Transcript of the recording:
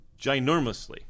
ginormously